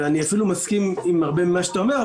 ואני אפילו מסכים עם הרבה ממה שאתה אומר,